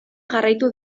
jarraitu